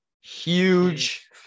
huge